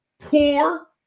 poor